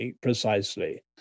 precisely